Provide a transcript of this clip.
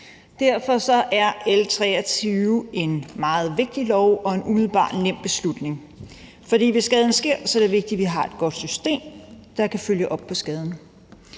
Derfor er L 23 en meget vigtig lov og en umiddelbart nem beslutning, for hvis skaden sker, er det vigtigt, at vi har et godt system, der kan følge op på skaden.